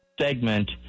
segment